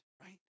right